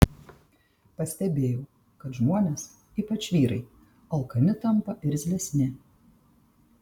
pastebėjau kad žmonės ypač vyrai alkani tampa irzlesni